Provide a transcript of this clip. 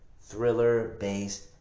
thriller-based